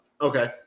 Okay